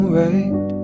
right